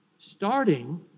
starting